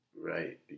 Right